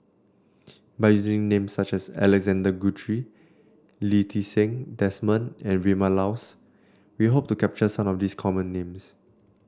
by using names such as Alexander Guthrie Lee Ti Seng Desmond and Vilma Laus we hope to capture some of the common names